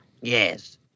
Yes